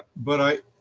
but i